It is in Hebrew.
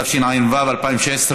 התשע"ו 2016,